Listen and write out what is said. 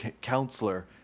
counselor